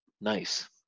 nice